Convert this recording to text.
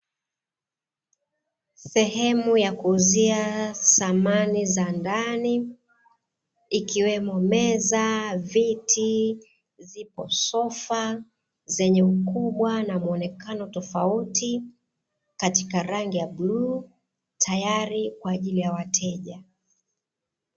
Sehemu ya kuuzia samani za ndani ikiwemo meza, viti zipo sofa zenye ukubwa na muonekano tofauti katika rangi ya bluu tayari kwa ajiri ya wateja.